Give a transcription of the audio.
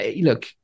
look